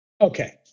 Okay